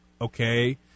okay